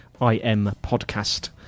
IMPodcast